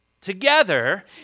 together